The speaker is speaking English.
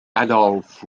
adolph